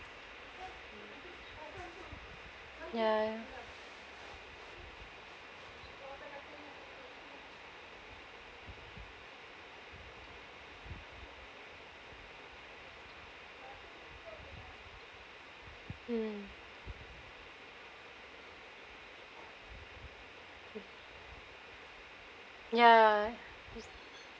ya mmhmm ya